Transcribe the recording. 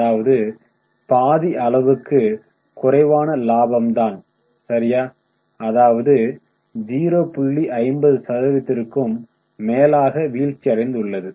அதாவது பாதி அளவுக்கு குறைவான லாபம்தான் சரியா அதாவது 0 50 சதவீதத்திற்கும் மேலாக வீழ்ச்சியடைந்துள்ளது